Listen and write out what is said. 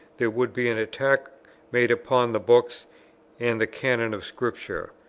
there would be an attack made upon the books and the canon of scripture,